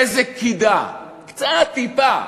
איזו קידה, קצת, טיפה.